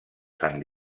san